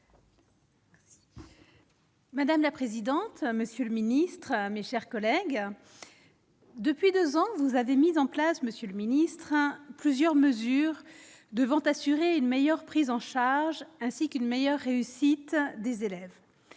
Madame la présidente, monsieur le ministre, mes chers collègues, depuis 2 ans, vous avez mis en place Monsieur le Ministre, hein, plusieurs mesures devant assurer une meilleure prise en charge, ainsi qu'une meilleure réussite des élèves,